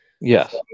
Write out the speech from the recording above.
Yes